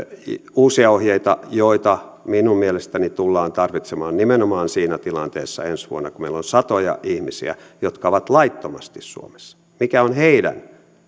uusia ohjeita joita minun mielestäni tullaan tarvitsemaan nimenomaan siinä tilanteessa ensi vuonna kun meillä on satoja ihmisiä jotka ovat laittomasti suomessa mikä on heidän